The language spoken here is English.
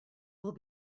will